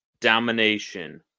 domination